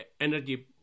energy